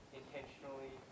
intentionally